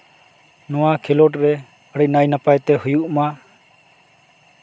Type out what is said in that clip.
ᱱᱚᱣᱟ ᱠᱷᱮᱞᱳᱰ ᱨᱮ ᱟᱹᱰᱤ ᱱᱟᱭᱼᱱᱟᱯᱟᱭ ᱛᱮ ᱦᱩᱭᱩᱜ ᱢᱟ